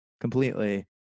completely